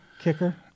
kicker